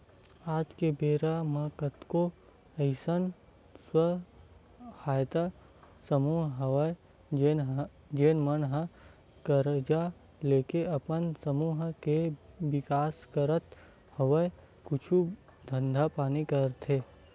आज के बेरा म कतको अइसन स्व सहायता समूह हवय जेन मन ह करजा लेके अपन समूह के बिकास करत होय कुछु धंधा पानी करथे